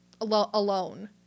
alone